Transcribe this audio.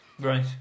Right